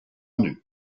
nue